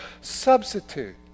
substitute